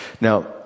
Now